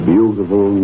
Beautiful